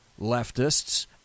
leftists